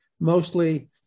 mostly